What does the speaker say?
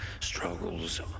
struggles